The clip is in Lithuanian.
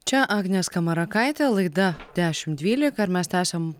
čia agnė skamarakaitė laida dešimt dvylika ir mes tęsiam